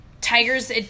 Tigers